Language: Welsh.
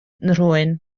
nhrwyn